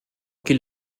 qu’il